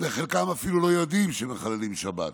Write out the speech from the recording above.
וחלקם אפילו לא יודעים שהם מחללים לשבת.